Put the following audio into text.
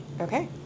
Okay